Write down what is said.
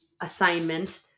assignment